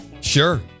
Sure